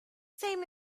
same